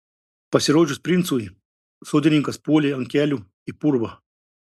pasirodžius princui sodininkas puolė ant kelių į purvą